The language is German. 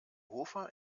hofer